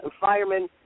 firemen